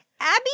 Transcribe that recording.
Abby